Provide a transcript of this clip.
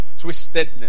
Twistedness